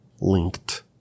linked